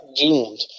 doomed